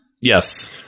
Yes